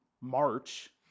March